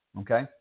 Okay